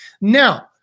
Now